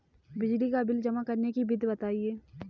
बिजली का बिल जमा करने की विधि बताइए?